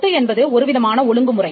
சொத்து என்பது ஒருவிதமான ஒழுங்குமுறை